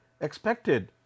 expected